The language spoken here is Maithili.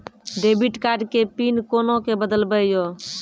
डेबिट कार्ड के पिन कोना के बदलबै यो?